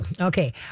Okay